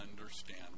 understand